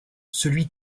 celui